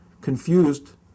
confused